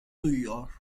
duyuyor